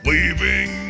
Leaving